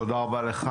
תודה רבה לך.